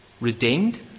Redeemed